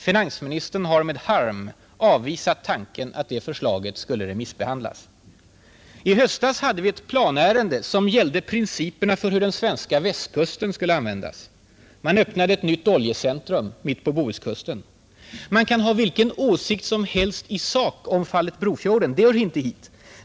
Finansministern har med harm avvisat tanken att det förslaget skulle remissbehandlas. I höstas hade vi ett planärende som gällde principerna för hur den svenska västkusten skulle användas. Man öppnade ett nytt oljecentrum mitt på Bohuskusten. Man kan ha vilken åsikt som helst i sak om fallet Brofjorden — det hör inte hit.